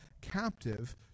captive